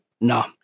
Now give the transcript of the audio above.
No